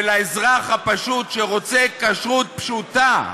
ולאזרח הפשוט שרוצה כשרות פשוטה,